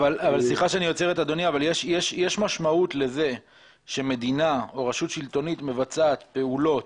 אבל יש משמעות לזה שמדינה או רשות שלטונית מבצעת פעולות,